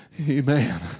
Amen